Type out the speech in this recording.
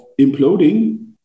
imploding